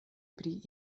pri